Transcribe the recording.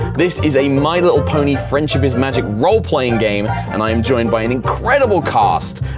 this is a my little pony, friendship is magic role playing game, and i am joined by an incredible cast.